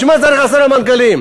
בשביל מה צריך עשרה מנכ"לים?